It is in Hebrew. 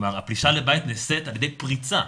כלומר הפלישה לבית נעשית על ידי פריצה,